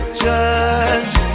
judge